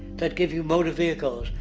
that give you motor vehicles.